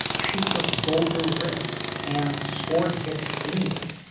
she took bolder risks and scored hits anyway,